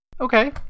Okay